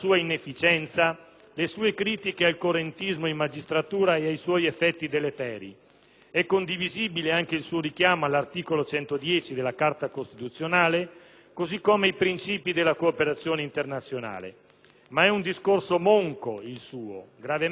le sue critiche al correntismo in magistratura e ai suoi effetti deleteri. È condivisibile anche il suo richiamo all'articolo 110 della Carta costituzionale, così come ai princìpi della cooperazione internazionale. Ma è un discorso monco, il suo, gravemente monco.